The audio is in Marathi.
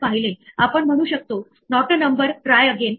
पहिल्यांदा एखादी इंडेक्स एरर आली तर काय होते ते सांगतो